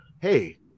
hey